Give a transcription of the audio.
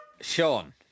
Sean